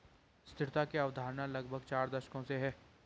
स्थिरता की अवधारणा लगभग चार दशकों से है